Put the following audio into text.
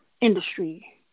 industry